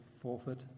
forfeit